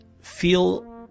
feel